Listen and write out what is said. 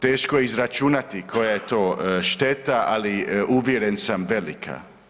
Teško je izračunati koja je to šteta, ali uvjeren sam velika.